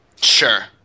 Sure